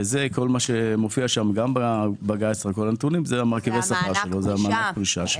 מה שמופיע שם זה מענק הפרישה שלו.